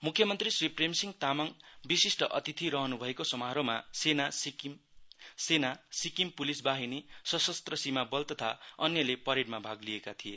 मुख्य मन्त्री श्री प्रेमसिंह तामाङ विशिष्ट अतिथि रहनुभएको समारोहमा सेना सिक्किम पुलिस वाहिनी सशस्त्र सीमा बल तथा अन्यले परेडमा भाग लिएका थिए